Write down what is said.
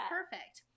perfect